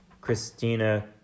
Christina